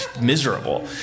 miserable